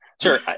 Sure